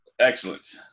Excellent